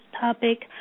topic